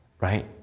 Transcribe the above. Right